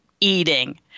eating